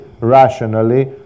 rationally